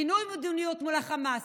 שינוי מדיניות מול החמאס,